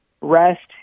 rest